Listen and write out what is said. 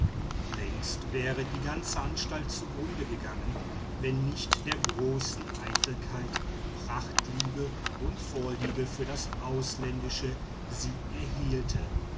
längst wäre die ganze anstalt zugrunde gegangen wenn nicht der großen eitelkeit prachtliebe und vorliebe für das ausländische sie erhielte